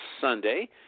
Sunday